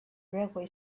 railway